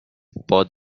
باد